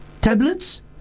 tablets